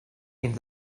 into